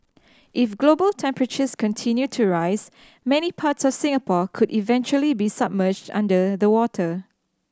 if global temperatures continue to rise many parts of Singapore could eventually be submerged under the water